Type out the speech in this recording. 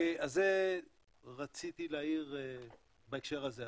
אז זה רציתי להעיר בהקשר הזה.